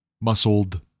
muscled